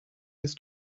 his